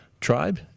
tribe